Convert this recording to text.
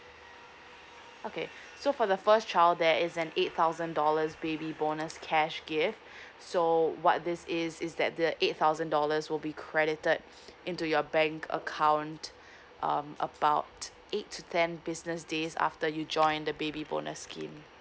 okay so for the first child there is an eight thousand dollars baby bonus cash gift so what this is is that the eight thousand dollars will be credited into your bank account um about eight to ten business days after you join the baby bonus scheme